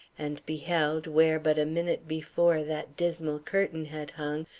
and beheld, where but a minute before that dismal curtain had hung,